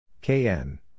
KN